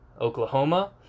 Oklahoma